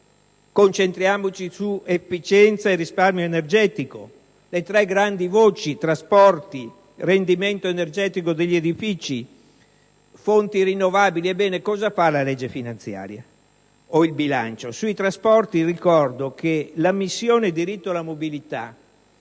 serra, su efficienza e risparmio energetico, sulle tre grandi voci (trasporti, rendimento energetico degli edifici, fonti rinnovabili). Invece, cosa fanno la legge finanziaria ed il bilancio? Sui trasporti ricordo che la missione «diritto alla mobilità»